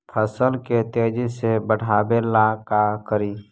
फसल के तेजी से बढ़ाबे ला का करि?